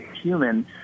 human –